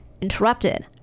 interrupted